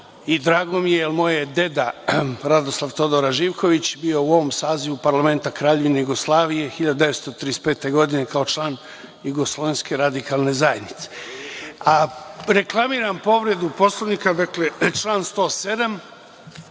i drago mi je, jer moj je deda Radoslav Todora Živković bio u ovom sazivu parlamenta Kraljevine Jugoslavije 1935. godine kao član Jugoslovenske radikalne zajednice. Reklamiram povredu Poslovnika, član 107.